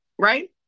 right